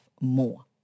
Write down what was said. more